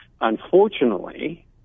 Unfortunately